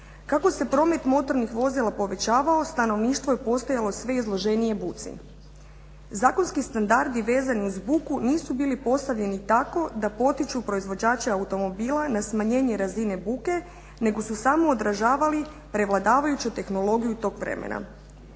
Kako se promet motornih vozila povećavao stanovništvo je postajalo sve izloženije buci. Zakonski standardi vezani uz buku nisu bili postavljeni tako da potiču proizvođače automobila na smanjenje razine buke nego su samo odražavali prevladavajuću tehnologiju tog vremena.